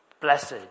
Blessed